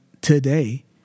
today